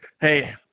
hey